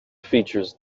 features